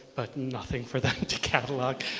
but nothing for them to catalog.